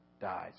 dies